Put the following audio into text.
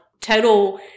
total